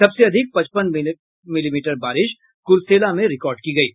सबसे अधिक पचपन मिलीमीटर बारिश कुरसेला में रिकार्ड की गयी